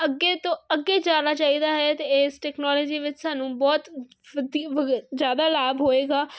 ਅੱਗੇ ਤੋਂ ਅੱਗੇ ਜਾਣਾ ਚਾਹੀਦਾ ਹੈ ਤੇ ਇਸ ਟੈਕਨੋਲੋਜੀ ਵਿੱਚ ਸਾਨੂੰ ਬਹੁਤ ਵਧੀ ਜਿਆਦਾ ਲਾਭ ਹੋਏਗਾ